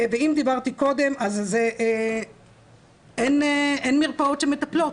ואמרתי קודם, אין מרפאות שמטפלות.